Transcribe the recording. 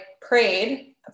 prayed